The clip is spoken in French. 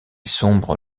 sombre